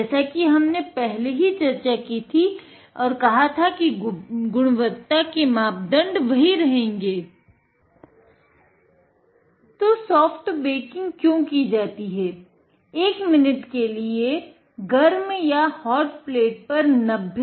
जैसा कि हमने पहले ही चर्चा में कहा था गुणवत्ता मापदंड वही रहेंगे